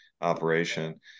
operation